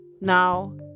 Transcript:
Now